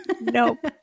Nope